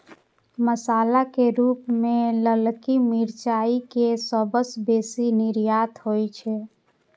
मसाला के रूप मे ललकी मिरचाइ के सबसं बेसी निर्यात होइ छै